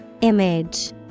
Image